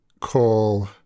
call